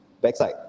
backside